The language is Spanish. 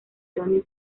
tony